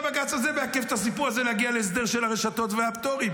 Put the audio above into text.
כמה זמן הבג"ץ הזה מעכב את הסיפור הזה להגיע להסדר של הרשתות והפטורים?